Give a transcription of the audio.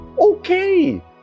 okay